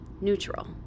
neutral